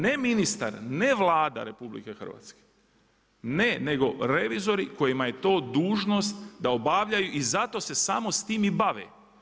Ne ministar, ne Vlada RH, n, nego revizori kojima je to dužnost da obavljaju, i zato se samo s tim i bave.